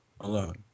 alone